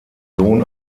sohn